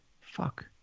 Fuck